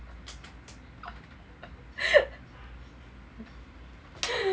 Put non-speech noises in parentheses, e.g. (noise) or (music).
(laughs)